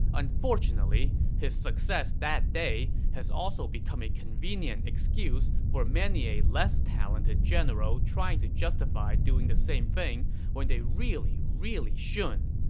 unfortunately, his success that day has also become a convenient excuse for many a less talented general trying to justify doing the same thing when they really, really shouldn't,